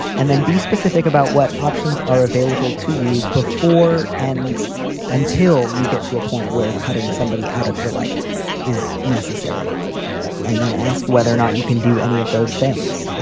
and then be specific about what options are available to you before and until you get to a point where cutting somebody out of your life is necessary and then ask whether or not you can do any of those things